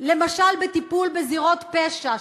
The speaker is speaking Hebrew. למשל בטיפול בזירות פשע,